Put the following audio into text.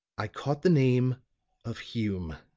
i caught the name of hume.